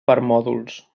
permòdols